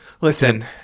Listen